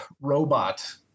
robot